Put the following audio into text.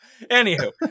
Anywho